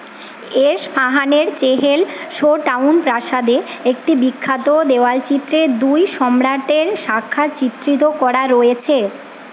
ইস্পাহানের Chehel Sotoun প্রাসাদে একটি বিখ্যাত দেয়ালচিত্রে দুই সম্রাটের সাক্ষাৎ চিত্রিত করা রয়েছে